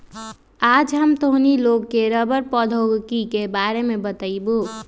आज हम तोहनी लोग के रबड़ प्रौद्योगिकी के बारे में बतईबो